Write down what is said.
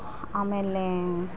ಆಮೇಲೆ